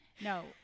no